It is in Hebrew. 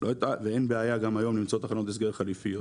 ואין בעיה גם היום למצוא תחנות הסגר חליפיות.